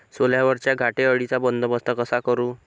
सोल्यावरच्या घाटे अळीचा बंदोबस्त कसा करू?